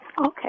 Okay